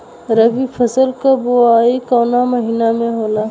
रबी फसल क बुवाई कवना महीना में होला?